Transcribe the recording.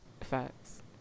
facts